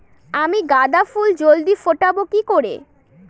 আমি গাঁদা ফুল জলদি ফোটাবো কি করে?